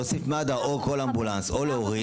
להוסיף מד"א או כל אמבולנס או להוריד,